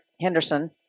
Henderson